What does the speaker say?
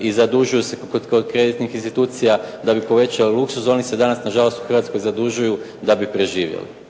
i zadužuju se kod kreditnih institucija da bi povećali luksuz, oni se danas na žalost u Hrvatskoj zadužuju da bi preživjeli.